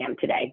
today